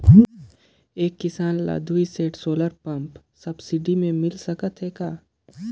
एक किसान ल दुई सेट सोलर पम्प सब्सिडी मे मिल सकत हे का?